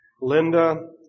Linda